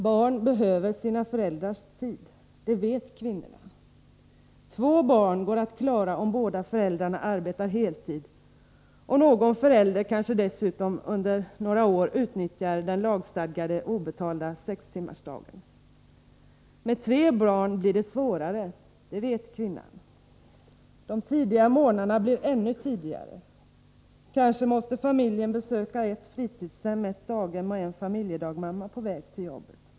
Barn behöver sina föräldrars tid, det vet kvinnorna. Två barn går att klara om båda föräldrarna arbetar heltid, och någon förälder kanske dessutom under några år utnyttjar den lagstadgade obetalda sextimmarsdagen. Med tre barn blir det svårare, det vet kvinnan. De tidiga morgnarna blir ännu tidigare. Kanske måste familjen besöka ett fritidshem, ett daghem och en familjedagmamma på väg till jobbet.